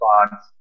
response